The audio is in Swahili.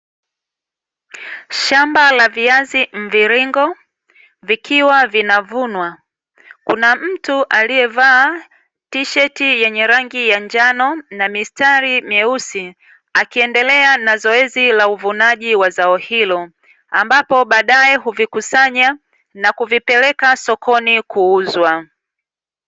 Shamba la viazi mviringo, vikiwa vinavunwa. Kuna mtu aliyevaa tisheti yenye rangi ya njano na mistari myeusi, akiendelea na zoezi la uvunaji wa zao hilo. Ambapo baadaye huvikusanya na kuvipeleka sokoni kuuzwa.